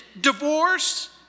divorce